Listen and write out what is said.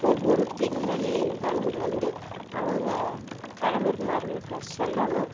ஒவ்வொரு பெண்மணிகளும் வந்து அவங்க கணவர்மார்கள்கிட்ட சொல்லணும்